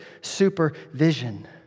supervision